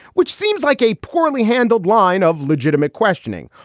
which seems like a poorly handled line of legitimate questioning.